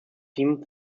themed